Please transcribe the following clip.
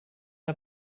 der